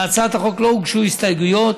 להצעת החוק לא הוגשו הסתייגויות,